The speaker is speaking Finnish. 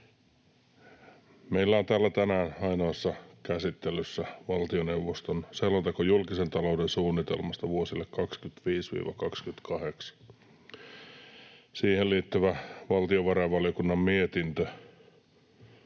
Meillä on täällä tänään ainoassa käsittelyssä valtioneuvoston selonteko julkisen talouden suunnitelmasta vuosille 25—28, siihen liittyvä valtiovarainvaliokunnan mietintö.